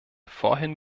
vorhin